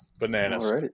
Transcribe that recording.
Bananas